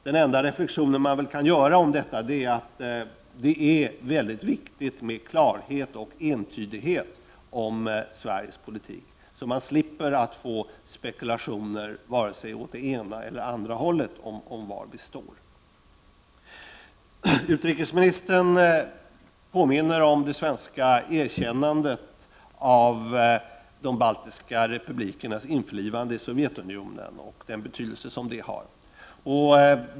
Den enda reflektionen man kan göra är att det är mycket viktigt med klarhet och entydighet om Sveriges politik. Då slipper man spekulationer åt det ena eller det andra hållet om var vi står. Utrikesministern påminner om det svenska erkännandet av de baltiska republikernas införlivande med Sovjetunionen och den betydelse som detta har.